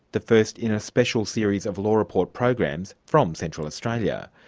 the first in a special series of law report programs from central australia.